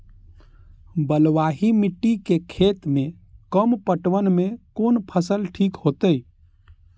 बलवाही मिट्टी के खेत में कम पटवन में कोन फसल ठीक होते?